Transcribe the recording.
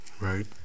Right